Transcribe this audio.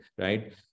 right